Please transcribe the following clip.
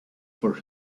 for